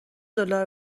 دلار